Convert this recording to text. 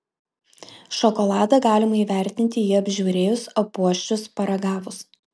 šokoladą galima įvertinti jį apžiūrėjus apuosčius paragavus